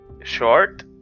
short